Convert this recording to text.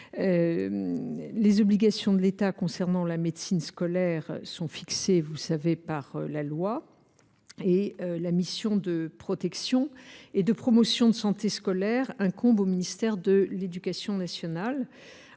Les obligations de l’État concernant la médecine scolaire sont fixées par la loi. La mission de protection et de promotion de la santé en milieu scolaire incombe au ministère de l’éducation nationale.